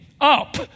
up